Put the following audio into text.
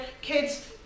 kids